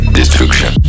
Destruction